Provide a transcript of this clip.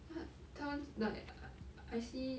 like 他们 like I see